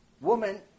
Woman